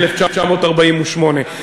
ב-1948.